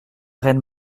reine